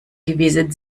gewesen